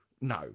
no